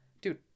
dude